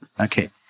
Okay